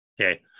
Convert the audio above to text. Okay